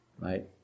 Right